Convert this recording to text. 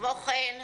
כמו כן,